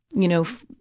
you know,